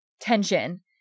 tension